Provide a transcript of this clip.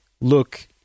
look